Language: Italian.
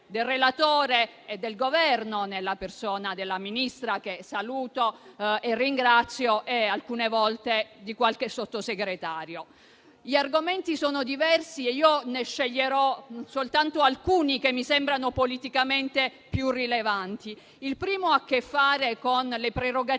del relatore e del Governo, nella persona della Ministra, che saluto e ringrazio, e alcune volte di qualche Sottosegretario. Gli argomenti sono diversi e io ne sceglierò soltanto alcuni che mi sembrano politicamente più rilevanti. Il primo ha a che fare con le prerogative